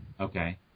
Okay